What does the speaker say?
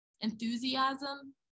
Enthusiasm